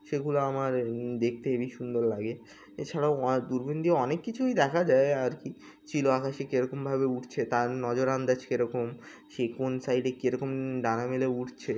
সেগুলো আমার দেখতে হেভি সুন্দর লাগে এছাড়াও আর দূরবিন দিয়ে অনেক কিছুই দেখা যায় আর কি চিলও আকাশে কীরকমভাবে উড়ছে তার নজর আন্দাজ কীরকম সে কোন সাইডে কীরকম ডানা মেলে উড়ছে